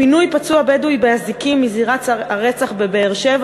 פינוי פצוע בדואי באזיקים מזירת הרצח בבאר-שבע,